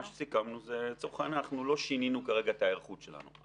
מה שסיכמנו זה שלצורך העניין אנחנו לא שינינו כרגע את ההיערכות שלנו.